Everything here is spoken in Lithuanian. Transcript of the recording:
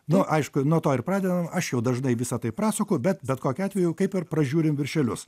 nu aišku nuo to ir pradedam aš jau dažnai visa tai prasakoju bet bet kokiu atveju kaip ir pražiūrim viršelius